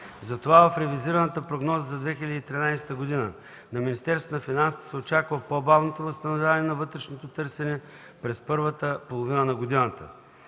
затова в ревизираната прогноза за 2013 г. на Министерството на финансите се очаква по-бавното възстановяване на вътрешното търсене през първата половина на годината.